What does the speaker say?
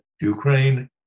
Ukraine